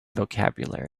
vocabulary